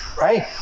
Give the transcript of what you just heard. right